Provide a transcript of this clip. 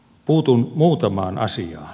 puutun muutamaan asiaan